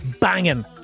banging